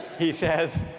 he says,